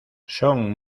son